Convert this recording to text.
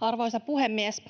Arvoisa puhemies!